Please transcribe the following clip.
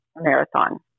marathon